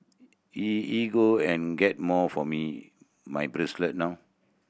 E ego and get more for me my bracelet now